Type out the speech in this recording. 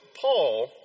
Paul